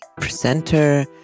presenter